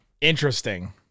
Interesting